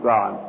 God